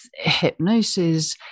hypnosis